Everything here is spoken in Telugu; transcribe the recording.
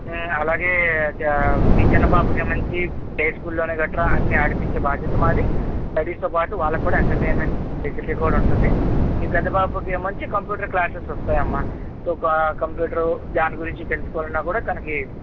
అలాగే ఆ మీ చిన్న పాపకేమోనేసి ప్లే స్కూల్ ని గట్రా అన్నీ ఆడించే బాధ్యత మాది స్టడీస్ తో పాటు వాళ్లకి కూడా ఎంటర్టైన్మెంట్ ఫెసిలిటీ కూడా ఉంటుంది మీ పెద్ద పాపకేమో వచ్చి కంప్యూటర్ క్లాస్సేస్ వస్తాయి అమ్మ ఒక కంప్యూటరు దాని గురించి తెలుసుకోవాలన్న కూడా తనకి